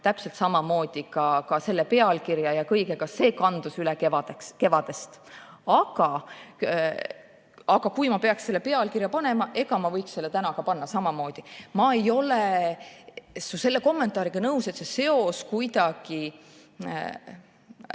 täpselt samamoodi on ka selle pealkirja ja kõigega – see kandus üle kevadest. Aga kui ma peaksin täna pealkirja panema, siis ma võiksin ka panna samamoodi. Ma ei ole su selle kommentaariga nõus, et seos